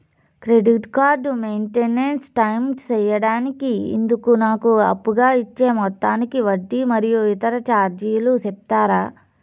Credit card maintain time సేయడానికి ఇందుకు నాకు అప్పుగా ఇచ్చే మొత్తానికి వడ్డీ మరియు ఇతర చార్జీలు సెప్తారా?